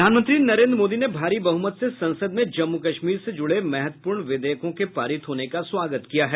प्रधानमंत्री नरेन्द्र मोदी ने भारी बहुमत से संसद में जम्मू कश्मीर से जुड़े महत्वपूर्ण विधेयकों के पारित होने का स्वागत किया है